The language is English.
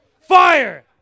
Fire